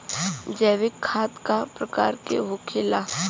जैविक खाद का प्रकार के होखे ला?